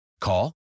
Call